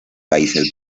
países